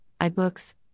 iBooks